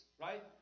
Right